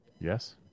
Yes